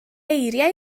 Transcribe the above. eiriau